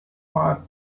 part